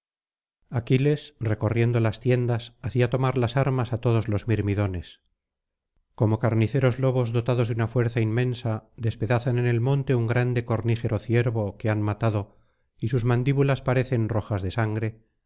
aquiles recorriendo las tiendas hacía tomar las armas á todos los mirmidones como carniceros lobos dotados de una fuerza inmensa despedazan en el monte un grande cornígero ciervo que han matado y sus mandíbulas aparecen rojas de sangre